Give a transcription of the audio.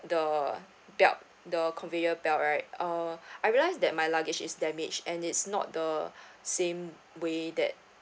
the belt the conveyor belt right uh I realise that my luggage is damaged and it's not the same way that